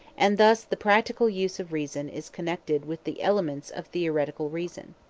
and thus the practical use of reason is connected with the elements of theoretical reason.